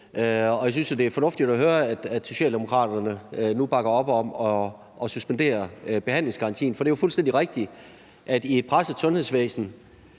Jeg synes, det er fornuftigt at høre, at Socialdemokraterne nu bakker op om at suspendere behandlingsgarantien, for det er jo fuldstændig rigtigt, at i et presset sundhedsvæsen